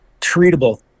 treatable